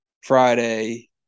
Friday